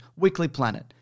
weeklyplanet